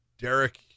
Derek